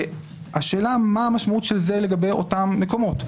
השאלה מה המשמעות של זה לגבי אותם מקומות.